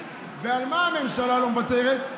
ועל מה הממשלה לא מוותרת?